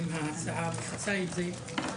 האם ההצעה מכסה את זה?